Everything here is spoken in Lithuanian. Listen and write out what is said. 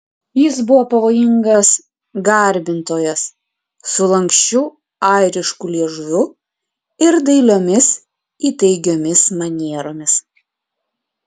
jis buvo pavojingas garbintojas su lanksčiu airišku liežuviu ir dailiomis įtaigiomis manieromis